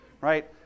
right